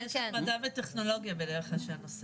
מדע וטכנולוגיה יחד.